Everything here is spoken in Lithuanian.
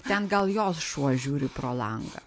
ten gal jos šuo žiūri pro langą